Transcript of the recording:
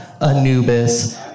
Anubis